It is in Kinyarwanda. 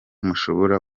mushobora